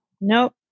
Nope